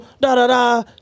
da-da-da